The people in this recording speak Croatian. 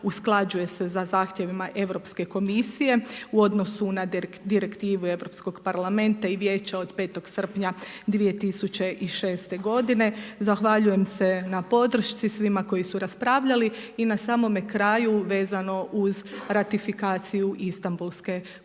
usklađuje se sa zahtjevima Europske komisije u odnosu na direktivu Europskog parlamenta i Vijeća od 5. srpnja 2006. godine. Zahvaljujem se na podršci svima koji su raspravljali. I na samome kraju vezano uz ratifikaciju Istambulske konvencije